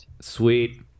Sweet